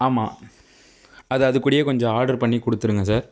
ஆமாம் அது அது கூடையே கொஞ்சம் ஆர்டர் பண்ணி கொடுத்துடுங்க சார்